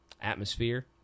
Atmosphere